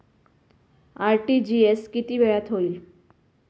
RTGS किती वेळात होईल?